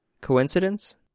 Coincidence